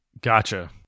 Gotcha